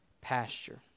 pasture